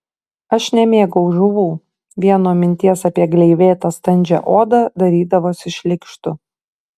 aš nemėgau žuvų vien nuo minties apie gleivėtą standžią odą darydavosi šleikštu